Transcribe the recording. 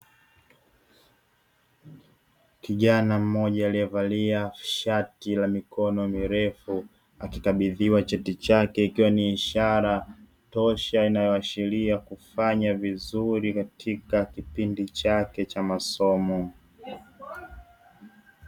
Kijana mmoja alivalia shati la mikono mirefu, akikabidhiwa cheti chake ikiwa ni ishara tosha inayoashiria kufanya vizuri katika kipindi chake cha masomo.